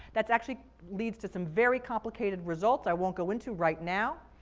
that's actually leads to some very complicated results i won't go into right now.